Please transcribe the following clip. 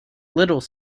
little